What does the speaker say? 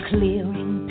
Clearing